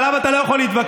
עליו אתה לא יכול להתווכח.